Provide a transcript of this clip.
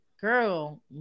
girl